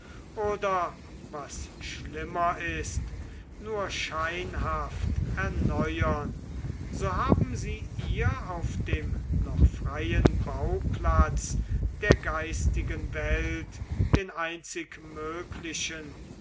oder was schlimmer ist nur scheinhaft erneuern so haben sie ihr auf dem noch freien bauplatz der geistigen welt den einzig möglichen